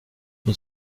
une